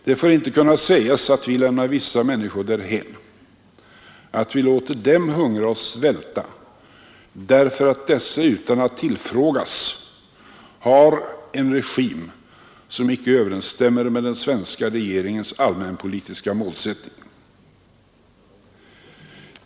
Det får inte kunna sägas att vi lämnar vissa människor därhän, att vi låter dem hungra och svälta, därför att dessa utan att tillfrågas har en regim som inte överensstämmer med den svenska regeringens allmänpolitiska målsättning.